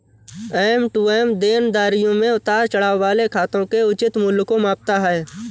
M to M देनदारियों में उतार चढ़ाव वाले खातों के उचित मूल्य को मापता है